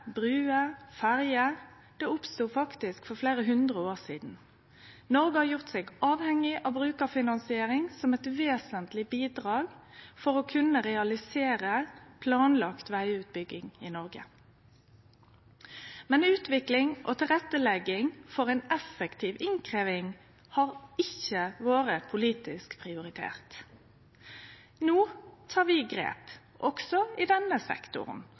bruer og ferjer oppstod faktisk for fleire hundre år sidan. Noreg har gjort seg avhengig av brukarfinansiering som eit vesentleg bidrag for å kunne realisere planlagd vegutbygging i Noreg, men utvikling av og tilrettelegging for ei effektiv innkrevjing har ikkje vore politisk prioritert. No tek vi grep òg i denne sektoren,